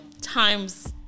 times